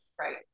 Right